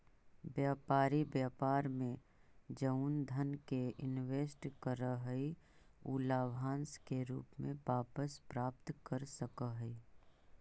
व्यापारी व्यापार में जउन धन के इनवेस्ट करऽ हई उ लाभांश के रूप में वापस प्राप्त कर सकऽ हई